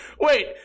wait